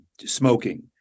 smoking